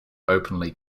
openly